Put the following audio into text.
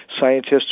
scientists